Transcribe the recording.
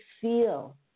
feel